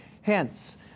Hence